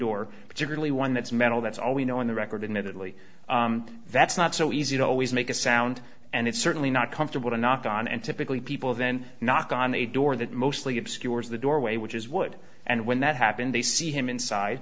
door particularly one that's mental that's all we know in the record in italy that's not so easy to always make a sound and it's certainly not comfortable to knock on and typically people then knock on a door that mostly obscures the doorway which is wood and when that happened they see him inside